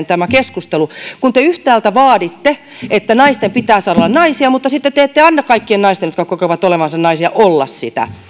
tämä keskustelu on nyt aivan paradoksaalinen kun te yhtäältä vaaditte että naisten pitää saada olla naisia mutta sitten te te ette anna kaikkien naisten jotka kokevat olevansa naisia olla sitä